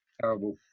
Terrible